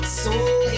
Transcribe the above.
soul